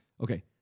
Okay